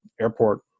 airport